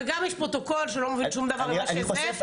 וגם יש פרוטוקול שלא מבינים שום דבר ממה שזה.